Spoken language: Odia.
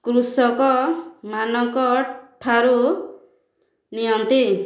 କୃଷକମାନଙ୍କ ଠାରୁ ନିଅନ୍ତି